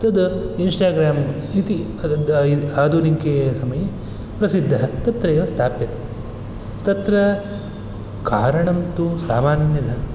तद् इन्स्टाग्राम् इति आधुनिके समये प्रसिद्धः तत्रैव स्थाप्यते तत्र कारणं तु सामान्यतः